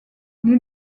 née